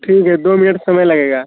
ठीक है दो मिनट समय लगेगा